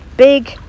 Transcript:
big